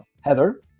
Heather